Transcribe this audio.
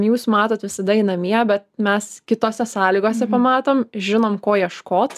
jūs matot visada jį namie bet mes kitose sąlygose pamatom žinom ko ieškot